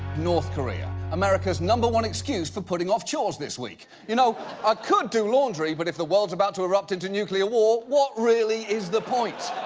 north korea. america's number one excuse for putting off chores this week. y'know, you know i could do laundry, but if the world's about to erupt into nuclear war, what really is the point?